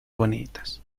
bonitas